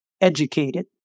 educated